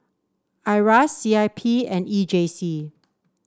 Iras C I P and E J C